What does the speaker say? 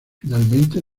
finalmente